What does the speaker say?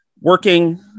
working